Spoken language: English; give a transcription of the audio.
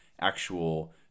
actual